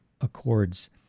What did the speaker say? Accords